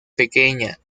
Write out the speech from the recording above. pequeña